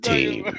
Team